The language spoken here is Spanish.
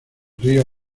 río